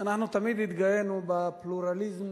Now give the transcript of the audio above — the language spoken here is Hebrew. אנחנו תמיד התגאינו בפלורליזם